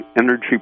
energy